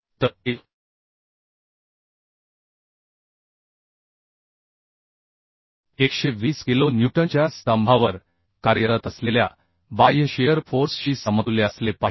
तर हे 120 किलो न्यूटनच्या स्तंभावर कार्यरत असलेल्या बाह्य शिअर फोर्स शी समतुल्य असले पाहिजे